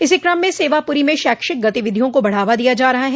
इसी क्रम में सेवापुरी में शैक्षिक गतिविधियों को बढ़ावा दिया जा रहा है